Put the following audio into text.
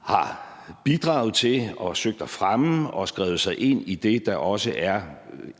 har bidraget til og søgt at fremme og skrevet sig ind i det, der også er